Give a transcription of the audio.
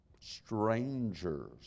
strangers